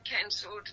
cancelled